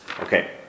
Okay